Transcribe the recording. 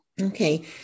Okay